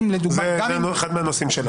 זה גם אחד מהנושאים.